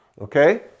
Okay